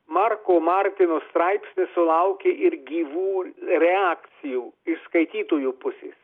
marko martino straipsnis sulaukė ir gyvų reakcijų iš skaitytojų pusės